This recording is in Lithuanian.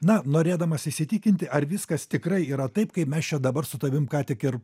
na norėdamas įsitikinti ar viskas tikrai yra taip kaip mes čia dabar su tavim ką tik ir